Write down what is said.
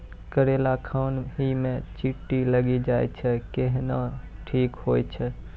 करेला खान ही मे चित्ती लागी जाए छै केहनो ठीक हो छ?